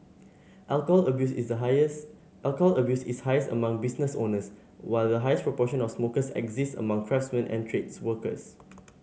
alcohol abuse is highest alcohol abuse is highest among business owners while the highest proportion of smokers exist among craftsmen and trades workers